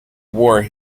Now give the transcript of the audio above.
war